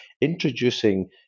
introducing